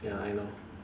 ya I know